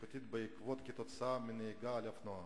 בטיחותית בעקבות או כתוצאה מנהיגה על אופנוע.